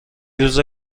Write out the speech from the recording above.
روز